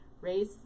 raise